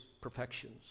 perfections